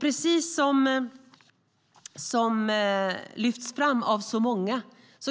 Precis som lyfts fram av så många